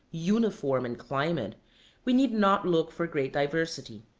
uniform in climate we need not look for great diversity.